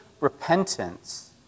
repentance